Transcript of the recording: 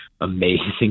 amazing